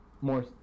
more